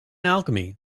alchemy